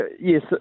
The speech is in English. yes